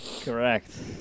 correct